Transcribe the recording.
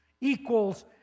equals